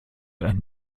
einen